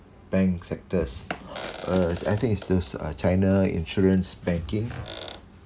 bank sectors uh I think it's this uh china insurance banking